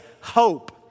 hope